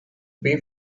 pay